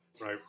right